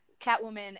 Catwoman